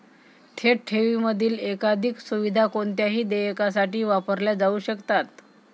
थेट ठेवींमधील एकाधिक सुविधा कोणत्याही देयकासाठी वापरल्या जाऊ शकतात